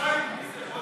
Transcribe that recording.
מי זה?